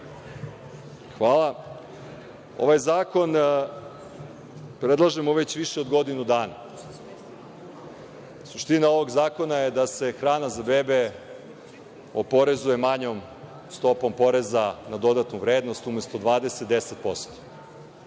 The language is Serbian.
Hvala. Ovaj zakon predlažemo već više od godinu dana. Suština ovog zakona je da se hrana za bebe oporezuje manjom stopom poreza na dodatu vrednost, umesto 20% na 10%.